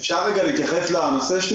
אפשר להתייחס לנושא?